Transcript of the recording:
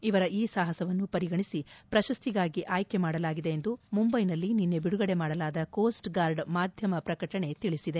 ಇವರ ಈ ಸಾಪಸವನ್ನು ಪರಿಗಣಿಸಿ ಪ್ರಶಸ್ತಿಗಾಗಿ ಆಯ್ಕೆ ಮಾಡಲಾಗಿದೆ ಎಂದು ಮುಂಬೈನಲ್ಲಿ ನಿನ್ನೆ ಬಿಡುಗಡೆ ಮಾಡಲಾದ ಕೋಸ್ಟ್ ಗಾರ್ಡ್ ಮಾಧ್ಯಮ ಪ್ರಕಟಣೆ ತಿಳಿಸಿದೆ